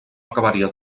acabaria